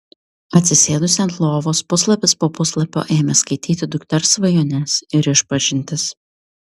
atsisėdusi ant lovos puslapis po puslapio ėmė skaityti dukters svajones ir išpažintis